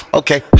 okay